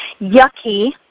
yucky